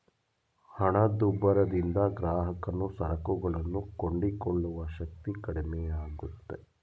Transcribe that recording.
ಹಣದುಬ್ಬರದಿಂದ ಗ್ರಾಹಕನು ಸರಕುಗಳನ್ನು ಕೊಂಡುಕೊಳ್ಳುವ ಶಕ್ತಿ ಕಡಿಮೆಯಾಗುತ್ತೆ